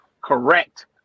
correct